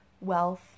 wealth